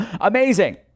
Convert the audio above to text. Amazing